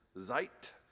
Zeit